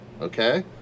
okay